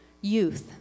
youth